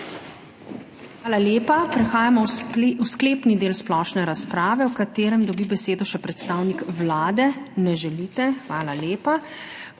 Hvala lepa. Prehajamo v sklepni del splošne razprave, v katerem dobi besedo še predstavnik Vlade. Ne želite. Hvala lepa.